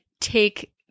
Take